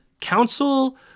council